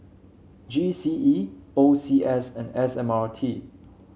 G C E O C S and S M R T